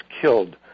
killed